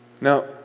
Now